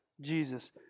Jesus